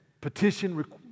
petition